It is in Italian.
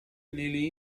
nelle